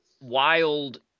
wild